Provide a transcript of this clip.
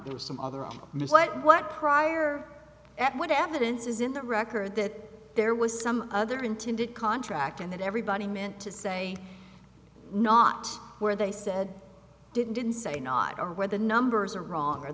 in some other newsletter what prior at what evidence is in the record that there was some other intended contract and that everybody meant to say not where they said didn't didn't say not or where the numbers are wrong or